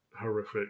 horrific